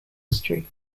history